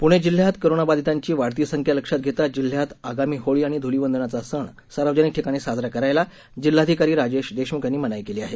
पुणे जिल्ह्यात कोरोनाबाधितांची वाढती संख्या लक्षात घेता जिल्ह्यात आगामी होळी आणि धुलिवंदनाचा सण सार्वजनिक ठिकाणी साजरा करायला जिल्हाधिकारी राजेश देशमुख यांनी मनाई केली आहे